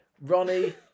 Ronnie